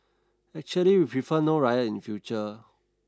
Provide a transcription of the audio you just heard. actually we prefer no riot in future